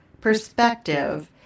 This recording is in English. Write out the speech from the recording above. perspective